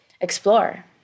explore